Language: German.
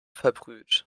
verbrüht